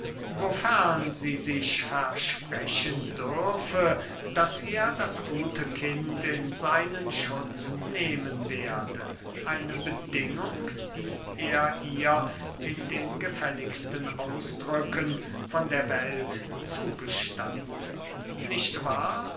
wofern sie sich versprechen dürfe daß er das gute kind in seinen schutz nehmen werde eine bedingung die er ihr in den gefälligsten ausdrücken von der welt zugestand nicht wahr